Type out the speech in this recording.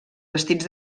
vestits